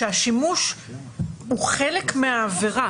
שהשימוש הוא חלק מהעבירה.